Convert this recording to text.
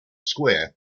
square